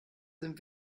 sind